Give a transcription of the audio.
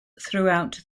throughout